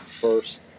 First